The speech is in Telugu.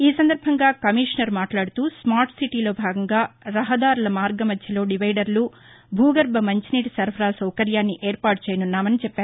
ఈ సందర్బంగా కమిషనర్ మాట్లాడుతూ స్మార్ట్ సిటీలో భాగంగా రహదారుల మార్గమధ్యలో డివైదర్లు భూగర్బ మంచినీటి సరఫరా సౌకర్యాన్ని ఏర్పాటుచేయనున్నామని చెప్పారు